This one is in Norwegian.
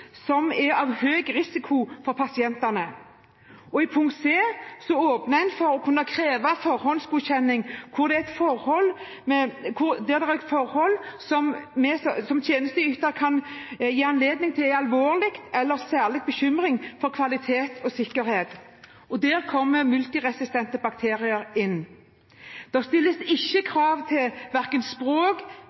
som er av høy risiko for pasienten. I punkt c åpner en for å kunne kreve forhåndsgodkjenning der det er et forhold som tjenesteyter vurderer er alvorlig eller til særlig bekymring for kvalitet og sikkerhet. Der kommer multiresistente bakterier inn. Det stilles ikke krav til språk,